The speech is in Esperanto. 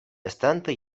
estante